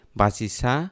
basisa